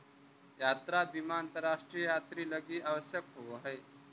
यात्रा बीमा अंतरराष्ट्रीय यात्रि लगी आवश्यक होवऽ हई